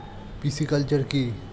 Pisciculture কি?